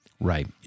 Right